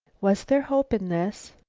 was there hope in this?